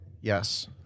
Yes